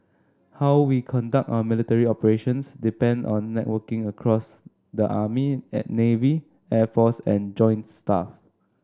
how we conduct our military operations depend on networking across the army at navy air force and joint staff